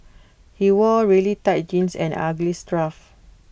he wore really tight jeans and ugly scarf